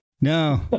No